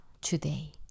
today